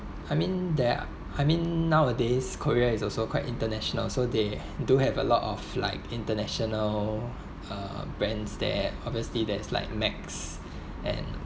I mean there are I mean nowadays korea is also quite international so they do have a lot of like international uh brands that obviously that's like Macs and